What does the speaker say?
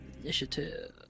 initiative